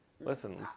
listen